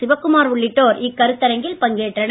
சிவக்குமார் உள்ளிட்டோர் இக்கருத்தரங்கில் பங்கேற்றனர்